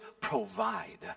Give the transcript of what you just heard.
provide